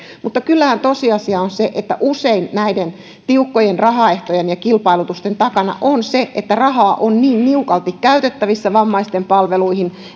mutta kyllähän tosiasia on se että usein näiden tiukkojen rahaehtojen ja kilpailutusten takana on se että rahaa on niin niukalti käytettävissä vammaisten palveluihin